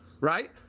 right